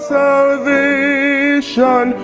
salvation